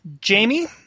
Jamie